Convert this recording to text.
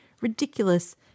ridiculous